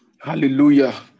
Hallelujah